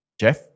Jeff